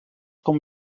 com